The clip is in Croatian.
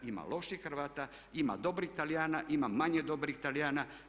Ima loših Hrvata, ima dobrih Talijana, ima manje dobrih Talijana.